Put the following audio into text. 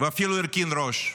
ואפילו הרכין ראש,